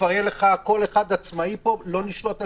כבר כל אחד יהיה עצמאי ולא נשלוט בזה.